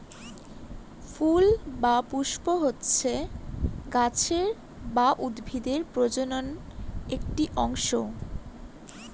ফুল বা পুস্প হচ্ছে গাছের বা উদ্ভিদের প্রজনন একটি অংশ